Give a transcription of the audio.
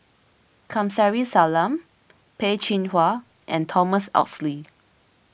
Kamsari Salam Peh Chin Hua and Thomas Oxley